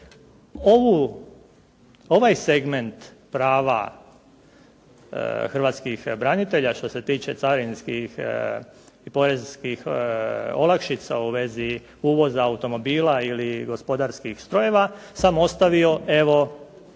Ovaj segment prava hrvatskih branitelja što se tiče carinskih i poreskih olakšica u vezi uvoza automobila ili gospodarskih strojeva sam ostavio evo